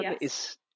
yes